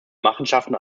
machenschaften